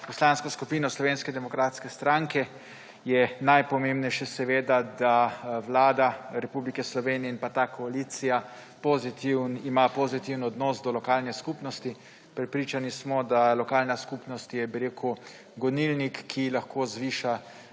Poslansko skupino Slovenske demokratske stranke je najpomembnejše, da imata Vlada Republike Slovenije in ta koalicija pozitiven odnos do lokalne skupnosti. Prepričani smo, da je lokalna skupnost gonilnik, ki lahko zviša